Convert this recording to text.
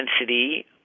intensity